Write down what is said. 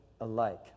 alike